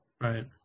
right